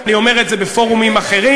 אני אומר את זה בפורומים אחרים,